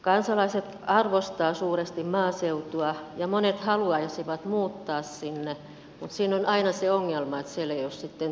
kansalaiset arvostavat suuresti maaseutua ja monet haluaisivat muuttaa sinne mutta siinä on aina se ongelma että siellä ei ole sitten työpaikkoja